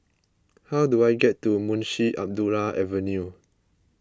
how do I get to Munshi Abdullah Avenue